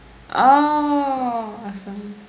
oh awesome